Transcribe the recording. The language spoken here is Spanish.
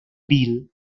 bill